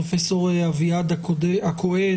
פרופ' אביעד הכהן,